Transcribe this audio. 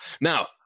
Now